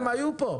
הם היו פה.